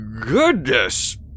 goodness